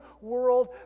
world